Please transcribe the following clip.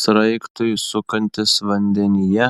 sraigtui sukantis vandenyje